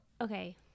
Okay